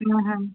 हा हा